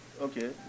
Okay